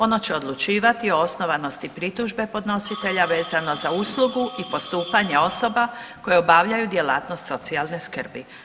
Ono će odlučivati o osnovanosti pritužbe podnositelja vezano za uslugu i postupanje osoba koje obavljaju djelatnost socijalne skrbi.